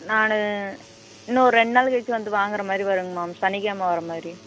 நான் இன்னொரு ரெண்டு நாள் கழிச்சு வந்து வாங்குகிற மாதிரி வருங்கம்மா சனிக்கிழம வர மாதிரி